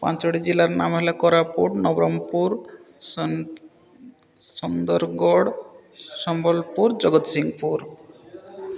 ପାଞ୍ଚଟି ଜିଲ୍ଲାର ନାମ ହେଲା କୋରାପୁଟ ନବରଙ୍ଗପୁର ସୁନ୍ଦରଗଡ଼ ସମ୍ବଲପୁର ଜଗତସିଂହପୁର